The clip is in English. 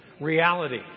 Reality